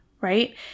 right